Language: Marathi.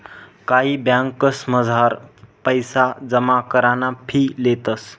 कायी ब्यांकसमझार पैसा जमा कराना फी लेतंस